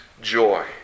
Joy